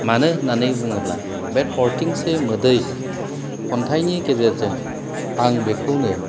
मानो होननानै बुङोब्ला बे थरथिंसे मोदै खन्थाइनि गेजेरजों आं बेखौनो